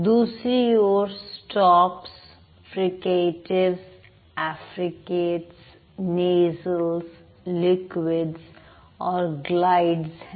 दूसरी ओर stops fricatives affricates nasals liquids और ग्लाइड्स हैं